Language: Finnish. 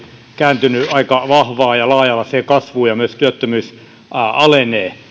kääntynyt aika vahvaan ja laaja alaiseen kasvuun ja myös työttömyys alenee